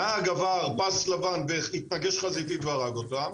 נהג עבר פס לבן והתנגש חזיתית והרג אותה,